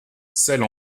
celle